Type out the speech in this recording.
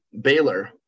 Baylor